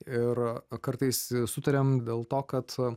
ir kartais sutariame dėl to kad